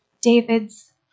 David's